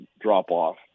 drop-off